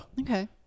Okay